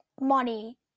money